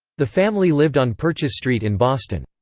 the family lived on purchase street in boston.